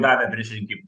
davė prieš rinkimus